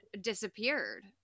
disappeared